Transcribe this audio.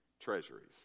treasuries